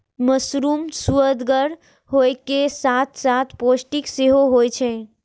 mushroom सुअदगर होइ के साथ साथ पौष्टिक सेहो होइ छै